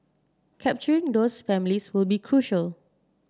capturing those families will be crucial